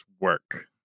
work